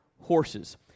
horses